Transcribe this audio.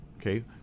okay